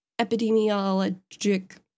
epidemiologic